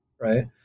right